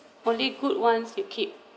only good ones you keep